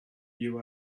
you